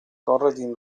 konradin